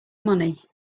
money